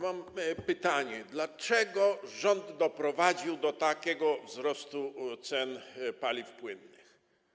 Mam pytanie: Dlaczego rząd doprowadził do takiego wzrostu cen paliw płynnych?